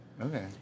Okay